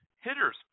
hitters